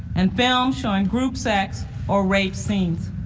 and films showing group sex or rape scenes.